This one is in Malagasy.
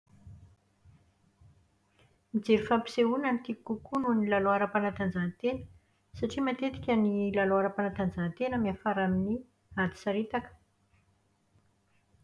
Mijery fampisehoana no tiako kokoa noho ny lalao ara-panatanjahantena. Satria matetika ny lala ara-panatanjahantena miafara amin'ny ady saritaka.